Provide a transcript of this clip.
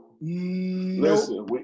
Listen